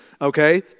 Okay